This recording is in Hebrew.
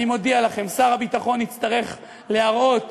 אני מודיע לכם, שר הביטחון יצטרך להראות